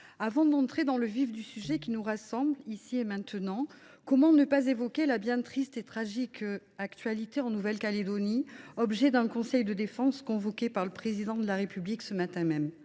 avant d’entrer dans le vif du sujet qui nous rassemble cet après midi, comment ne pas évoquer la bien triste et tragique actualité de la Nouvelle Calédonie, objet d’un conseil de défense convoqué par le Président de la République ce matin même ?